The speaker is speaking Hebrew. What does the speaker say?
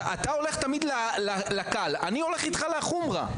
אתה הולך תמיד לקל, אני הולך איתך לחומרא.